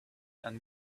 and